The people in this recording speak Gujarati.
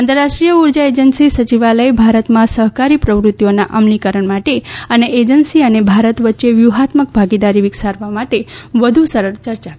આંતરરાષ્ટ્રીય ઊર્જા એજન્સી સચિવાલય ભારતમાં સહકારી પ્રવૃત્તિઓના અમલીકરણ માટે અને એજન્સી અને ભારત વચ્ચે વ્યૂહાત્મક ભાગીદારી વિકસાવવા માટે વધુ સરળ ચર્ચા કરશે